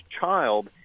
child